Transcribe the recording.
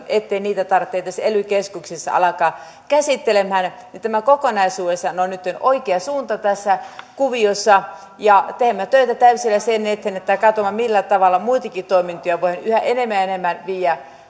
ettei niitä tarvitse edes ely keskuksissa alkaa käsittelemään niin tämä kokonaisuudessaan on nytten oikea suunta tässä kuviossa ja teemme töitä täysillä sen eteen että katsomme millä tavalla muitakin toimintoja voidaan yhä enemmän ja enemmän viedä